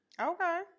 okay